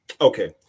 Okay